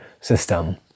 system